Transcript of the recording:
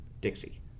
Dixie